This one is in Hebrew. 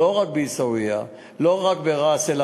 לא רק בעיסאוויה,